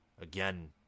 Again